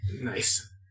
Nice